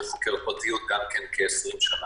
ואני חוקר פרטיות גם כן כ-20 שנה.